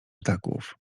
ptaków